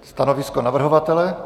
Stanovisko navrhovatele?